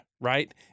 right